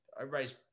Everybody's